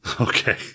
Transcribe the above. Okay